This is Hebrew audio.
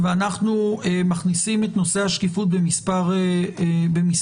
ואנו מכניסים את נושא השקיפות במספר מקומות.